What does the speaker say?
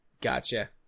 Gotcha